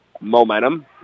momentum